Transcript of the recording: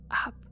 Up